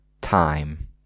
time